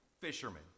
fishermen